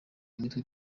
imitwe